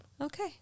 Okay